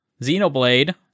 Xenoblade